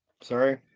Sorry